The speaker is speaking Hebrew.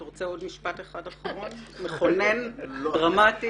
אתה רוצה עוד משפט מכונן, דרמטי?